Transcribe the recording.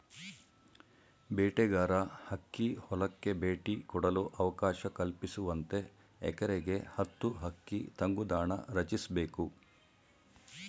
ಬೇಟೆಗಾರ ಹಕ್ಕಿ ಹೊಲಕ್ಕೆ ಭೇಟಿ ಕೊಡಲು ಅವಕಾಶ ಕಲ್ಪಿಸುವಂತೆ ಎಕರೆಗೆ ಹತ್ತು ಹಕ್ಕಿ ತಂಗುದಾಣ ರಚಿಸ್ಬೇಕು